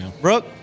Brooke